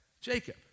Jacob